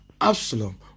Absalom